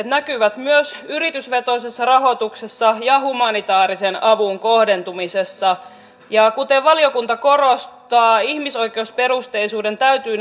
näkyvät myös yritysvetoisessa rahoituksessa ja humanitaarisen avun kohdentumisessa ja kuten valiokunta korostaa ihmisoikeusperusteisuuden täytyy